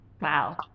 Wow